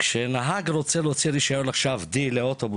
כשנהג רוצה להוציא רישיון D לאוטובוס,